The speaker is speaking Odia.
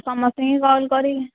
ସମସ୍ତଙ୍କୁ କଲ୍ କରି